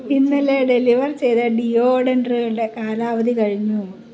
ഇന്നലെ ഡെലിവർ ചെയ്ത ഡിയോഡൻറ്ററുകളുടെ കാലാവധി കഴിഞ്ഞു